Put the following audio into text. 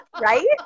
Right